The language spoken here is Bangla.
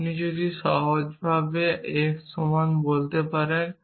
আপনি যদি সহজভাবে x সমান বলতে পারেন